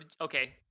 okay